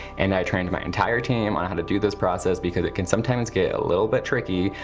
and i trained my entire team on how to do this process because it can sometimes get a little bit tricky,